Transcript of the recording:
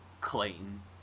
Clayton